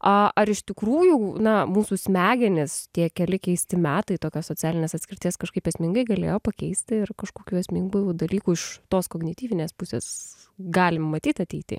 a ar iš tikrųjų na mūsų smegenis tie keli keisti metai tokios socialinės atskirties kažkaip esmingai galėjo pakeisti ir kažkokių esmingų dalykų iš tos kognityvinės pusės galim matyt ateity